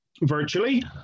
Virtually